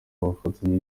bufatanye